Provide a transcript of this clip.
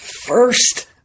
first